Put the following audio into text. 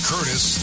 Curtis